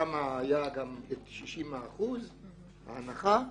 היה שם גם 60% הנחה.